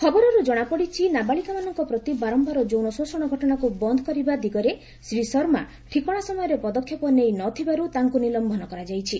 ଖବରରୁ ଜଣାପଡିଛି ନାବାଳିକାମାନଙ୍କ ପ୍ରତି ବାରମ୍ଭାର ଯୌନ ଶୋଷଣ ଘଟଣାକୁ ବନ୍ଦ କରିବା ଦିଗରେ ଶ୍ରୀ ଶର୍ମା ଠିକଣା ସମୟରେ ପଦକ୍ଷେପ ନେଇନଥିବାରୁ ତାଙ୍କୁ ନିଲମ୍ବନ କରାଯାଇଛି